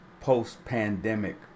post-pandemic